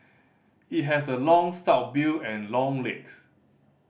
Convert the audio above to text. it has a long stout bill and long legs